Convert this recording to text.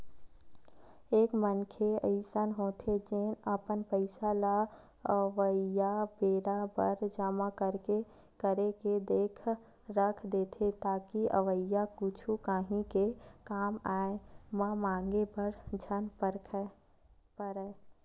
एक मनखे अइसन होथे जेन अपन पइसा ल अवइया बेरा बर जमा करके के रख देथे ताकि अवइया कुछु काही के कामआय म मांगे बर झन परय